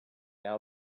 now